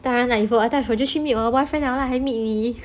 当然啦 if 我 attach 我就会去 meet 我的 boyfriend lah 还去 meet 你